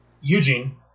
Eugene